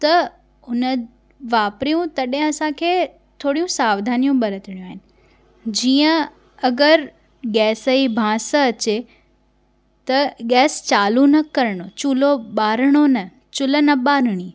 त हुन वापरियूं तॾहिं असांखे थोरियूं सावधानियूं बर्तनियूं आहिनि जीअं अगरि गैस जी बांस अचे त गैस चालू न करिणो चुल्हो ॿारिणो न चुल्हि न ॿारणी